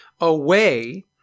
away